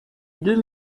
deux